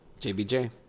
JBJ